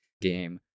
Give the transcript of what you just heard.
game